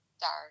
dark